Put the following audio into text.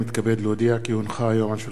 כי הונחה היום על שולחן הכנסת,